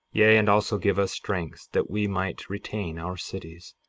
yea, and also give us strength that we might retain our cities,